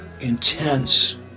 intense